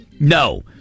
No